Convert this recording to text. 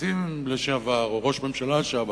נשיא לשעבר או ראש ממשלה לשעבר,